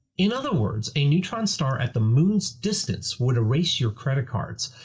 in other words, a neutron star at the moon's distance would erase your credit cards.